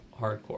hardcore